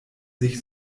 sich